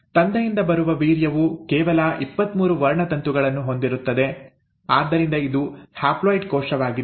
ತಂದೆಯಿಂದ ಬರುವ ವೀರ್ಯವು ಕೇವಲ ಇಪ್ಪತ್ಮೂರು ವರ್ಣತಂತುಗಳನ್ನು ಹೊಂದಿರುತ್ತದೆ ಆದ್ದರಿಂದ ಇದು ಹ್ಯಾಪ್ಲಾಯ್ಡ್ ಕೋಶವಾಗಿದೆ